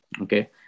Okay